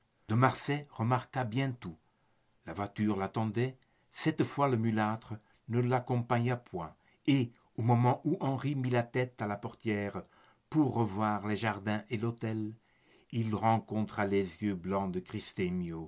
de marsay remarqua bien tout la voiture l'attendait cette fois le mulâtre ne l'accompagna point et au moment où henri mit la tête à la portière pour revoir les jardins et l'hôtel il rencontra les yeux blancs de